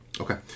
Okay